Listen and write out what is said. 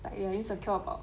but you are insecure about